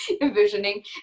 envisioning